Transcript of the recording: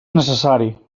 necessari